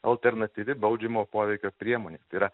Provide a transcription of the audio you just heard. alternatyvi baudžiamo poveikio priemonė tai yra